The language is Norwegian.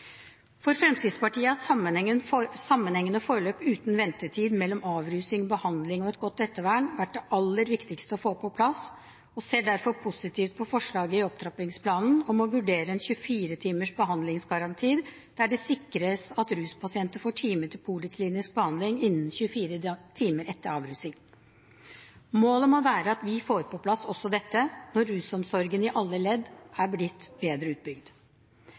For Fremskrittspartiet har sammenhengende forløp uten ventetid mellom avrusning, behandling og et godt ettervern vært det aller viktigste å få på plass, og vi ser derfor positivt på forslaget i opptrappingsplanen om å vurdere en 24-timers behandlingsgaranti, der det sikres at ruspasienter får time til poliklinisk behandling innen 24 timer etter avrusning. Målet må være at vi får på plass også dette når rusomsorgen i alle ledd er blitt bedre utbygd.